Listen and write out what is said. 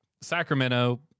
Sacramento